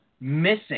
missing